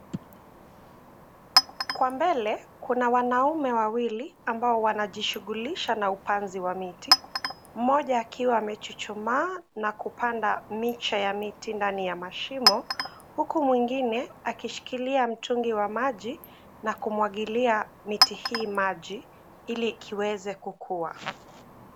Kwa mbele kuna wanaume wawili ambao wanajishughulisha na upanzi wa miti. Mmoja akiwa amechuchumaa na kupanda miche ya miti ndani ya mashimo huku mwingine akishikilia mtungi wa maji na kumwagilia miti hii maji ili iweze kukua.